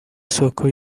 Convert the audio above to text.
soko